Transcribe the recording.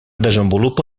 desenvolupa